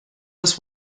bis